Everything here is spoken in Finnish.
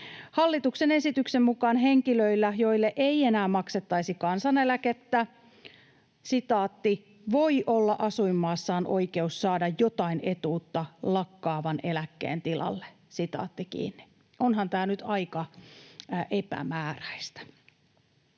Hallituksen esityksen mukaan henkilöillä, joille ei enää maksettaisi kansaneläkettä, ”voi olla asuinmaassaan oikeus saada jotain etuutta lakkaavan eläkkeen tilalle”. Onhan tämä nyt aika epämääräistä.